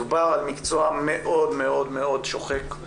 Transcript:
מדובר על מקצוע מאוד מאוד מאוד שוחק,